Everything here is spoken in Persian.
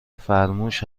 فرموش